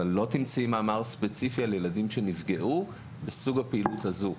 אבל לא תמצאי מאמר ספציפי על ילדים שנפגעו בסוג הפעילות הזאת.